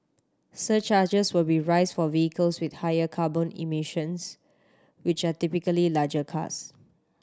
surcharges will be rise for vehicles with higher carbon emissions which are typically larger cars